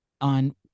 on